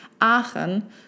Aachen